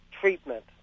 treatment